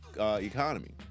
economy